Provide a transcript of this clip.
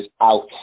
out